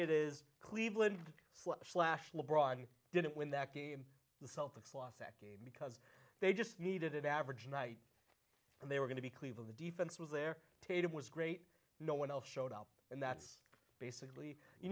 it is cleveland slash le bron didn't win that game the celtics lost they just needed an average night and they were going to be cleaver the defense was there tatum was great no one else showed up and that's basically you